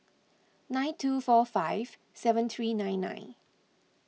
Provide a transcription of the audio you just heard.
nine two four five seven three nine nine